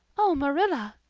oh, marilla,